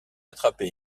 attrapé